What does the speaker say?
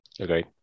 Okay